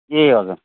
ए हजुर